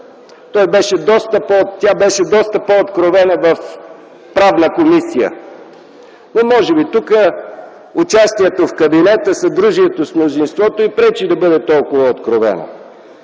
Тя беше доста по-откровена в Комисията по правни въпроси, но може би тук участието в кабинета, съдружието с мнозинството й пречи да бъде толкова откровена.